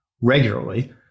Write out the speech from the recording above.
regularly